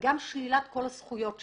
ושלילת כל הזכויות שלהם.